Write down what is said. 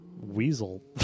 weasel